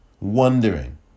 wondering